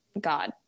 God